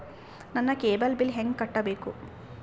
ನನ್ನ cable bill ಹೆಂಗ ಕಟ್ಟಬೇಕು?